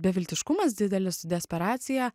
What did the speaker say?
beviltiškumas didelis desperacija